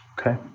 okay